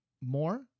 more